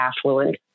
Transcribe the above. affluent